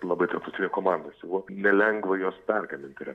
labai tarptautinė komanda siuvo nelengva juos pergamint yra